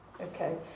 Okay